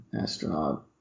astronaut